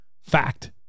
Fact